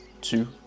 two